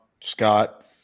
Scott